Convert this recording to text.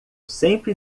sempre